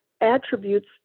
attributes